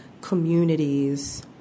communities